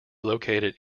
located